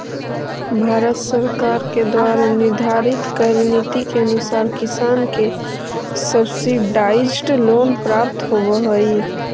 सरकार के द्वारा निर्धारित कैल नीति के अनुसार किसान के सब्सिडाइज्ड लोन प्राप्त होवऽ हइ